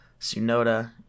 Sunoda